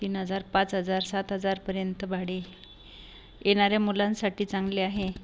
तीन हजार पाच हजार सात हजारपर्यंत भाडे एनाऱ्या मुलांसाटी चांगले आहे